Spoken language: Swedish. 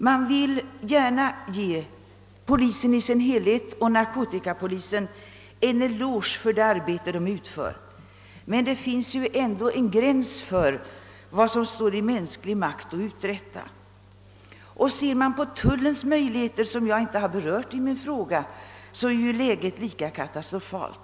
Man vill gärna ge polisen i dess helhet och narkotikapolisen i synnerhet en eloge för det arbete den utför, men det finns ju ändå en gräns för vad som står i mänsklig makt att uträtta. Ser man till tullens möjligheter — som jag inte har berört i min fråga — så är läget där lika katastofalt.